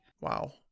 Wow